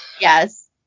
Yes